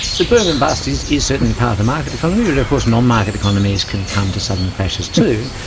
the boom and bust is is certainly part of the market economy, but of course nonmarket economies can come to sudden crashes too,